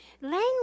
language